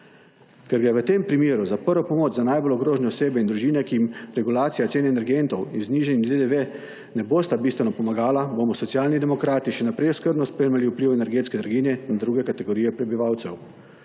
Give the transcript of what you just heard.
Ker gre v tem primeru za prvo pomoč za najbolj ogrožene osebe in družine, ki jim regulacija cen energentov in znižanje DDV ne boste bistveno pomagala bomo Socialni demokrati še najprej skrbno spremljali vpliv energetske draginje in druge kategorije prebivalcev.